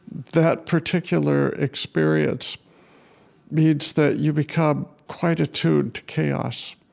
that particular experience means that you become quite attuned to chaos.